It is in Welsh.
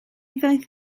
ddaeth